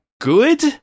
good